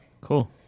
Cool